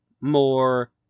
more